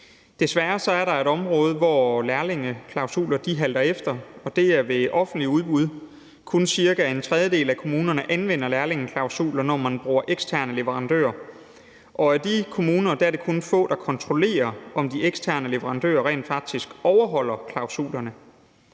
Desværre er der et område, hvor lærlingeklausuler halter efter, og det er ved offentlige udbud. Kun cirka en tredjedel af kommunerne anvender lærlingeklausuler, når man bruger eksterne leverandører. Af de kommuner er det kun få, der kontrollerer, om de eksterne leverandører rent faktisk overholder klausulerne.